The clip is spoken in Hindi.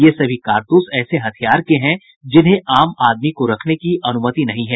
ये सभी कारतूस ऐसे हथियार के हैं जिन्हें आम आदमी को रखने की अनुमति नहीं है